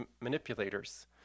manipulators